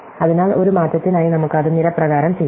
അതിനാൽ ഒരു മാറ്റത്തിനായി നമുക്ക് അത് നിര പ്രകാരം ചെയ്യാം